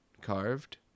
carved